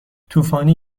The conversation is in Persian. طوفانی